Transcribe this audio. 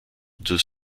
deux